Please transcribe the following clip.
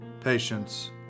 patience